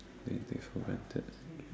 many things for granted